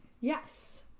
Yes